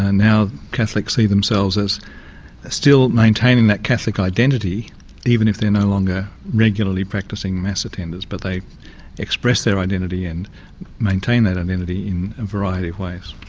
ah now, catholics see themselves as still maintaining that catholic identity even if they're no longer regularly practising mass attenders but they express their identity and maintain that identity in a variety of ways.